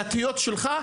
והתהיות שלך,